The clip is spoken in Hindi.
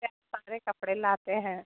यह सारे कपड़े लाते हैं